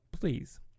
please